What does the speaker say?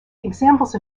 examples